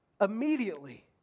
Immediately